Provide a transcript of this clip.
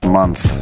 month